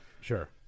Sure